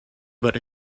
but